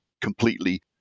completely